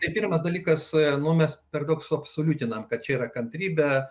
ir pirmas dalykas su mumis per daug suabsoliutiname kad čia yra kantrybė